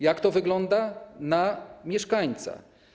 Jak to wygląda na mieszkańca?